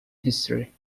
history